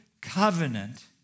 covenant